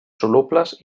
solubles